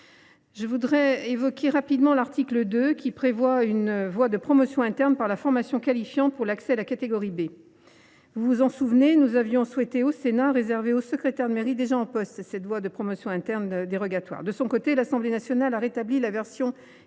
ensuite évoquer rapidement l’article 2, qui prévoit une voie de promotion interne par la formation qualifiante pour l’accès à la catégorie B. Vous vous en souvenez, nous avions souhaité, au Sénat, réserver aux secrétaires de mairie déjà en poste cette voie de promotion interne dérogatoire. De son côté, l’Assemblée nationale a rétabli la version initiale de